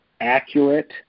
accurate